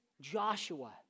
Joshua